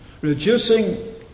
Reducing